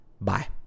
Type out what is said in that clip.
Bye